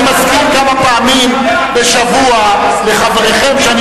אני מזכיר כמה פעמים בשבוע לחבריכם שאני